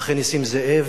אחרי נסים זאב.